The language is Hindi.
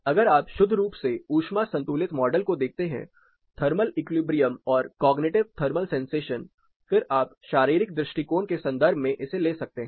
अगर आप शुद्ध रूप से ऊष्मा संतुलित मॉडल को देखते हैं थर्मल इक्विलिब्रियम और कॉग्निटिव थर्मल सेंसेशन फिर आप शारीरिक दृष्टिकोण के संदर्भ में इसे ले सकते हैं